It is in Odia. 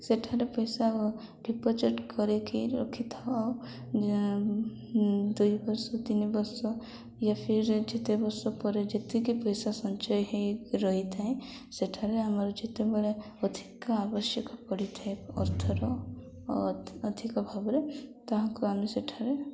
ସେଠାରେ ପଇସା ଡିପୋଜିଟ୍ କରିକି ରଖିଥାଉ ଦୁଇ ବର୍ଷ ତିନି ବର୍ଷ ୟା ଫିର ଯେତେ ବର୍ଷ ପରେ ଯେତିକି ପଇସା ସଞ୍ଚୟ ହେଇ ରହିଥାଏ ସେଠାରେ ଆମର ଯେତେବେଳେ ଅଧିକ ଆବଶ୍ୟକ ପଡ଼ିଥାଏ ଅର୍ଥର ଅ ଅଧିକ ଭାବରେ ତାହାକୁ ଆମେ ସେଠାରେ